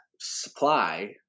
supply